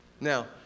Now